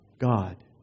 God